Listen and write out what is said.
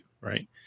Right